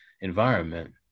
environment